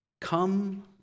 Come